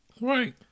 Right